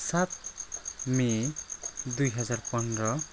सात मे दुई हजार पन्ध्र